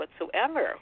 whatsoever